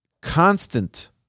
constant